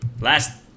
last